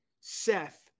Seth